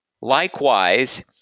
Likewise